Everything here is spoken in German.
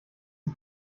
die